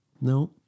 No